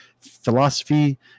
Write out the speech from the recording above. philosophy